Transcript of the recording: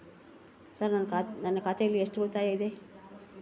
Sir ನನ್ನ ಖಾತೆಯಲ್ಲಿ ಎಷ್ಟು ಉಳಿತಾಯ ಇದೆ?